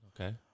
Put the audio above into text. Okay